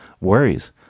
worries